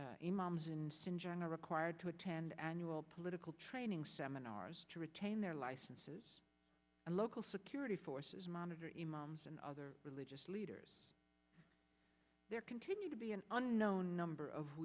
syngenta required to attend annual political training seminars to retain their licenses and local security forces monitor in mom's and other religious leaders there continue to be an unknown number